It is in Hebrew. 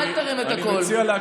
אל תרים את הקול.